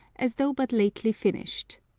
as though but lately finished.